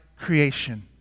creation